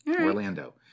Orlando